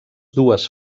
dues